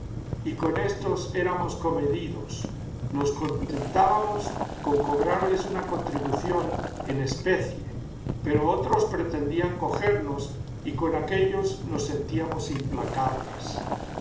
y con éstos éramos comedidos nos contentábamos con cobrarles una contribución en especie pero otros pretendían cogernos y con aquellos nos sentíamos implacables